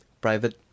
private